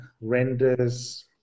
renders